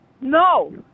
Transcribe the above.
No